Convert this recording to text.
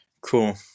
cool